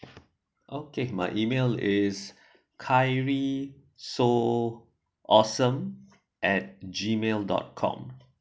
okay my email is khairi so awesome at G mail dot com